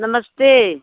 नमस्ते